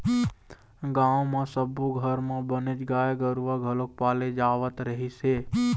गाँव म सब्बो घर म बनेच गाय गरूवा घलोक पाले जावत रहिस हे